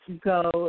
go